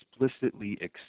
explicitly